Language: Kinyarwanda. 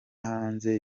hanze